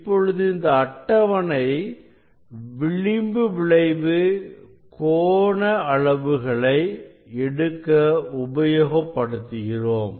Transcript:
இப்பொழுது இந்த அட்டவணை விளிம்பு விளைவு கோண அளவுகளை எடுக்க உபயோகப்படுத்துகிறோம்